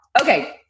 Okay